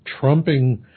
trumping